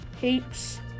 heaps